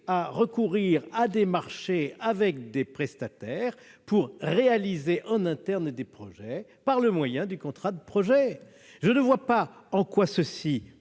à recourir à des marchés avec des prestataires, pour réaliser en interne des projets, par le moyen du contrat de projet. Je ne vois pas en quoi ce